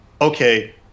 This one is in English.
okay